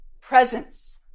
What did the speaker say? presence